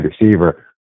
receiver